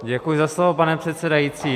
Děkuji za slovo, pane předsedající.